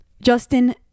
Justin